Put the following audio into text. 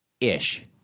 Ish